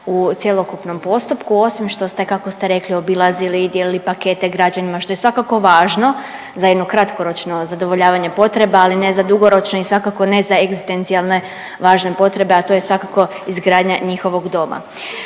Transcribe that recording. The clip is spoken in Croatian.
u cjelokupnom postupku osim što ste kako ste rekli obilazili i dijelili pakete građanima što je svakako važno za jedno kratkoročno zadovoljavanje potreba, ali ne za dugoročno i svakako ne za egzistencijalne važne potrebe, a to je svakako izgradnja njihovog doma.